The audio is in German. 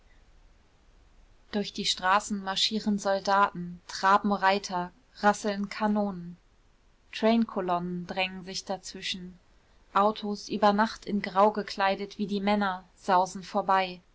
durch die straßen marschieren soldaten traben reiter rasseln kanonen trainkolonnen drängen sich dazwischen autos über nacht in grau gekleidet wie die männer sausen vorbei